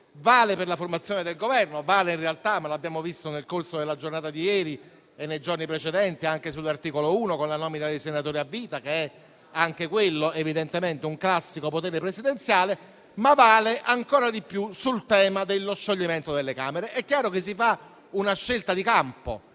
vale per la formazione del Governo e vale in realtà - lo abbiamo visto nel corso della giornata di ieri e nei giorni precedenti esaminando l'articolo 1 - per la nomina dei senatori a vita, anche quello, evidentemente, un classico potere presidenziale. Vale però ancora di più per il tema dello scioglimento delle Camere. È chiaro che si fa una scelta di campo: